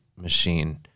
machine